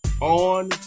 on